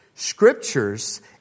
Scriptures